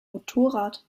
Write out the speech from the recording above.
motorrad